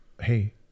hey